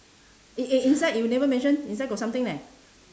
eh eh inside you never mention inside got something leh